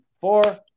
four